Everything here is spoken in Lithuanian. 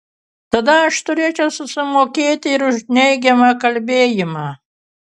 tada aš turėčiau susimokėti ir už neigiamą kalbėjimą